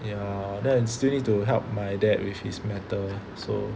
ya then I still need to help my dad with his matter so